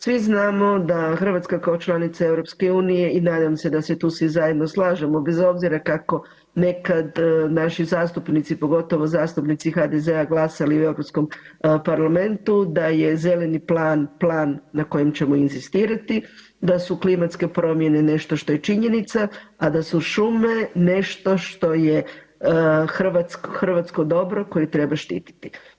Svi znamo da Hrvatska kao članica EU i nadam se da se svi tu zajedno slažemo bez obzira kako nekad naši zastupnici, pogotovo zastupnici HDZ-a glasali u Europskom parlamentu, da je zeleni plan, plan na kojem ćemo inzistirati, da su klimatske promjene nešto što je činjenica, a da su šume nešto što je hrvatsko dobro koje treba štiti.